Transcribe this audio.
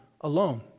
alone